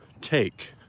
take